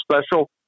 special